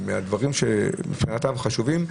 מהדברים שמבחינתו הם חשובים,